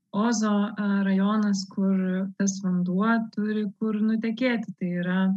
ozo rajonas kur tas vanduo turi kur nutekėti tai yra